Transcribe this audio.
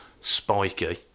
spiky